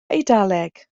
eidaleg